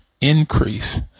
increase